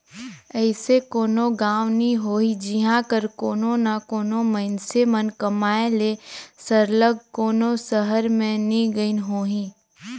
अइसे कोनो गाँव नी होही जिहां कर कोनो ना कोनो मइनसे मन कमाए ले सरलग कोनो सहर में नी गइन होहीं